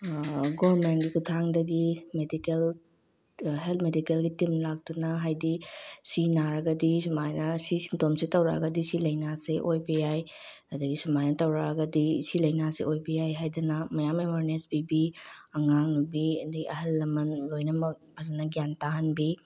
ꯒꯣꯔꯃꯦꯟꯒꯤ ꯈꯨꯠꯊꯥꯡꯗꯗꯤ ꯃꯦꯗꯤꯀꯦꯜ ꯍꯦꯜ ꯃꯦꯗꯤꯀꯦꯜꯒꯤ ꯇꯤꯝ ꯂꯥꯛꯇꯨꯅ ꯍꯥꯏꯗꯤ ꯁꯤ ꯅꯥꯔꯒꯗꯤ ꯁꯨꯃꯥꯏꯅ ꯁꯤ ꯁꯤꯟꯇꯣꯝꯁꯤ ꯇꯧꯔꯛꯑꯒꯗꯤ ꯁꯤ ꯂꯥꯏꯅꯥꯁꯤ ꯑꯣꯏꯕ ꯌꯥꯏ ꯑꯗꯒꯤ ꯁꯨꯃꯥꯏꯅ ꯇꯧꯔꯛꯑꯒꯗꯤ ꯁꯤ ꯂꯥꯏꯅꯥꯁꯤ ꯑꯣꯏꯕ ꯌꯥꯏ ꯍꯥꯏꯗꯅ ꯃꯌꯥꯝ ꯑꯦꯋꯥꯔꯅꯦꯁ ꯄꯤꯕꯤ ꯑꯉꯥꯡ ꯅꯨꯄꯤꯕꯤ ꯑꯗꯒꯤ ꯑꯍꯜ ꯂꯃꯟ ꯂꯣꯏꯅꯃꯛ ꯐꯖꯅ ꯒ꯭ꯌꯥꯟ ꯇꯥꯍꯟꯕꯤ